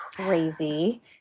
crazy